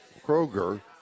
Kroger